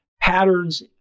patterns